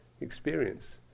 experience